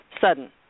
sudden